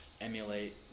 emulate